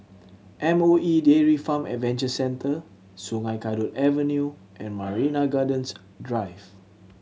M O E Dairy Farm Adventure Centre Sungei Kadut Avenue and Marina Gardens Drive